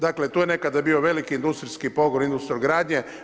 Dakle, tu nekada bio veliki industrijski pogodna industrogradnje.